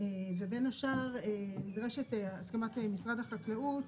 ובין השאר נדרשת הסכמת משרד החקלאות